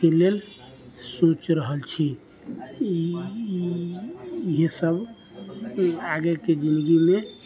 के लेल सोचि रहल छी इएहसब आगेके जिनगीमे